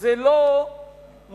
זה לא מושג